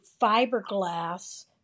fiberglass